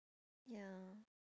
ya